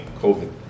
covid